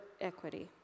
equity